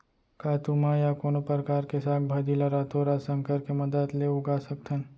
का तुमा या कोनो परकार के साग भाजी ला रातोरात संकर के मदद ले उगा सकथन?